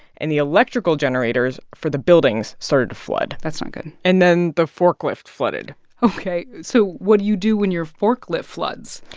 and the electrical generators for the buildings started to flood that's not good and then the forklift flooded ok. so what do you do when your forklift floods?